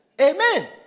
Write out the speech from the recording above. Amen